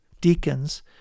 deacons